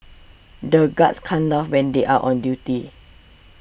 the guards can't laugh when they are on duty